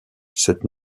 cette